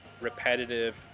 repetitive